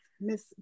Miss